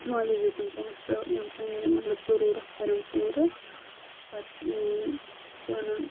مٲلِس دِتِم پونسہٕ ییٚمہِ پَننہِ مطلب ضروٗرت کَرؠم پوٗرٕ پتہٕ یَتھ کیاہ وَنان